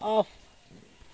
off